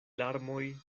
larmoj